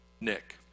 Nick